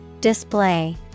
Display